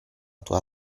tua